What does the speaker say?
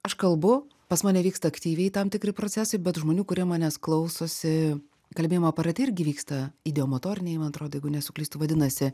aš kalbu pas mane vyksta aktyviai tam tikri procesai bet žmonių kurie manęs klausosi kalbėjimo aparate irgi vyksta ideomotoriniai man atrodo jeigu nesuklystu vadinasi